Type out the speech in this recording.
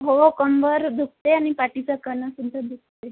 हो कंबर दुखते आणि पाठीचा कणासुद्धा दुखते